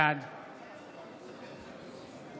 בעד